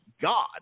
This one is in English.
God